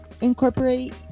incorporate